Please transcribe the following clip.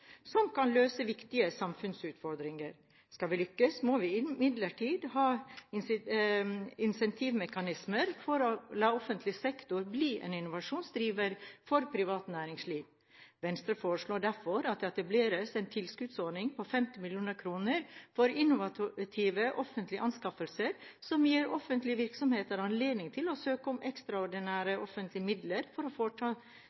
som kan løse viktige samfunnsutfordringer. Skal vi lykkes, må vi imidlertid ha insentivmekanismer for å la offentlig sektor bli en innovasjonsdriver for privat næringsliv. Venstre forslår derfor at det etableres en tilskuddsordning på 50 mill. kr for innovative offentlige anskaffelser som gir offentlige virksomheter anledning til å søke om